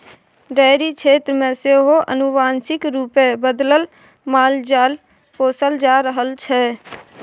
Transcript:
dairy क्षेत्र मे सेहो आनुवांशिक रूपे बदलल मालजाल पोसल जा रहल छै